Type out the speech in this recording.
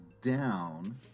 down